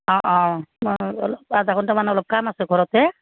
অঁ অঁ অলপ আধা ঘণ্টামান অলপ কাম আছে ঘৰতে